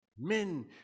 men